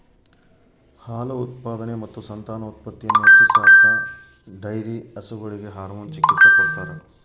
ಹಾಲು ಉತ್ಪಾದನೆ ಮತ್ತು ಸಂತಾನೋತ್ಪತ್ತಿಯನ್ನು ಹೆಚ್ಚಿಸಾಕ ಡೈರಿ ಹಸುಗಳಿಗೆ ಹಾರ್ಮೋನ್ ಚಿಕಿತ್ಸ ಕೊಡ್ತಾರ